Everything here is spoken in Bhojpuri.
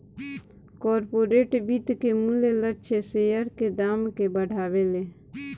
कॉर्पोरेट वित्त के मूल्य लक्ष्य शेयर के दाम के बढ़ावेले